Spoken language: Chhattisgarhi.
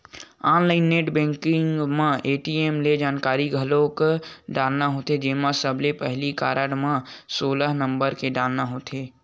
ऑनलाईन नेट बेंकिंग म ए.टी.एम के जानकारी घलोक डालना होथे जेमा सबले पहिली कारड के सोलह नंबर ल डालना होथे